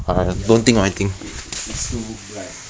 ya it it's too bright